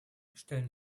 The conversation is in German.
stellen